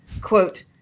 Quote